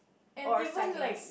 or silence